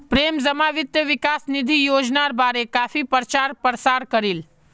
प्रेम जमा वित्त विकास निधि योजनार बारे काफी प्रचार प्रसार करील